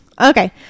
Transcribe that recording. okay